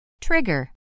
Trigger